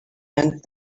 hand